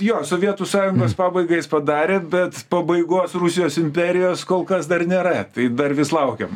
jo sovietų sąjungos pabaigą jis padarė bet pabaigos rusijos imperijos kol kas dar nėra tai dar vis laukiam